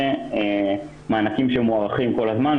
אלה מענקים שמוארכים כל הזמן.